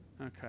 Okay